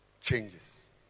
changes